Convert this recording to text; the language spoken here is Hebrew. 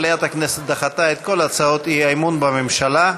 מליאת הכנסת דחתה את כל הצעות האי-אמון בממשלה.